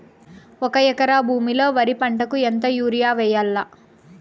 ఒక ఎకరా భూమిలో వరి పంటకు ఎంత యూరియ వేయల్లా?